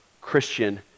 Christian